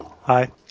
Hi